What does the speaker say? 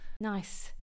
Nice